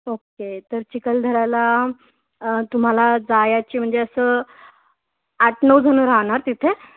okay तर चिखलदऱ्याला तुम्हाला जायची म्हणजे असं आठ नऊ जण राहणार तिथे